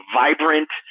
vibrant